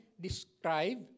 describe